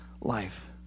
life